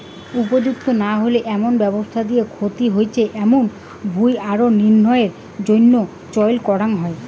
উপযুক্ত না হই এমন ব্যবস্থা দিয়া ক্ষতি হইচে এমুন ভুঁই আরো নির্মাণের জইন্যে চইল করাঙ হই